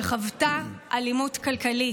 שחוותה אלימות כלכלית,